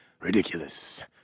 ridiculous